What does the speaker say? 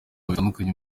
bitandukanye